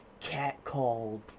catcalled